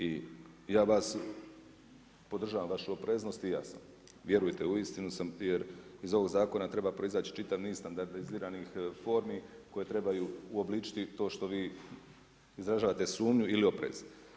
I ja vas podržavam vašu opreznost, i ja sam, vjerujte uistinu sam jer iz ovog zakon treba proizaći čitav niz standardiziranih formi koje trebaju uobličiti to što vi izražavate sumnju ili oprez.